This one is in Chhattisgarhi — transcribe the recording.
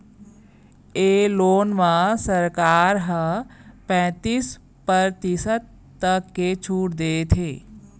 ए लोन म सरकार ह पैतीस परतिसत तक के छूट देथे